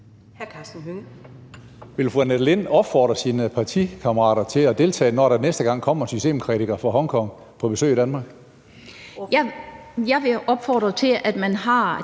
Vil fru Annette Lind opfordre sine partikammerater til at deltage, når der næste gang kommer en systemkritiker fra Hongkong på besøg i Danmark?